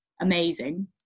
amazing